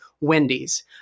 Wendy's